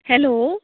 hello